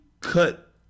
cut